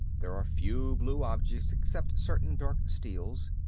there are few blue objects except certain dark steels,